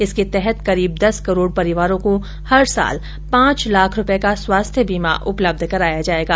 इसके तहत करीब दस करोड परिवारों को हर साल पांच लाख रुपये का स्वास्थ्य बीमा उपलब्ध कराया जाएगा